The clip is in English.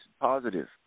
positive